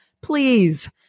please